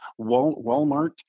Walmart